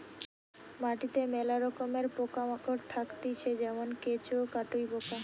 মাটিতে মেলা রকমের পোকা মাকড় থাকতিছে যেমন কেঁচো, কাটুই পোকা